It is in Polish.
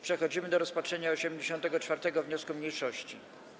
Przechodzimy do rozpatrzenia 84. wniosku mniejszości.